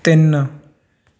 ਤਿੰਨ